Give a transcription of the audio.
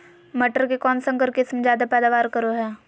मटर के कौन संकर किस्म जायदा पैदावार करो है?